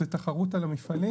זה תחרות על המפעלים.